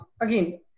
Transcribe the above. Again